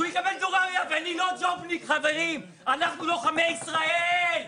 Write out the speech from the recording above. ואני לא ג'ובניק, חברים, אנחנו לוחמי ישראל,